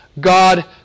God